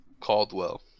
Caldwell